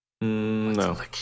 No